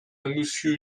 monsieur